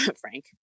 Frank